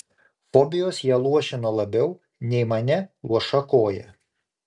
fobijos ją luošino labiau nei mane luoša koja